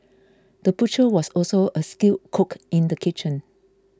the butcher was also a skilled cook in the kitchen